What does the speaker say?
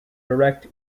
direct